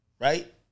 right